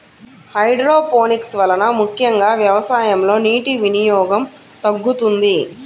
hydroponics వలన ముఖ్యంగా వ్యవసాయంలో నీటి వినియోగం తగ్గుతుంది